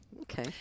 Okay